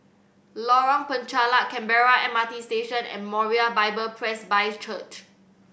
Lorong Penchalak Canberra M R T Station and Moriah Bible Presby Church